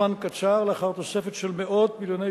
זמן קצר לאחר תוספת של מאות מיליוני